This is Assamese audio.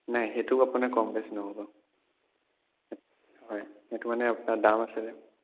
নাই সেইটো আপোনাৰ কম বেচ নহ'ব হয় সেইটো মানে আপোনাৰ দাম আছে যে